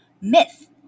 Myth